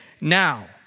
now